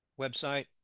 website